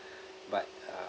but uh